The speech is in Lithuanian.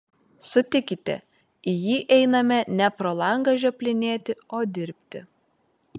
sutikite į jį einame ne pro langą žioplinėti o dirbti